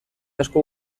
asko